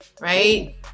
right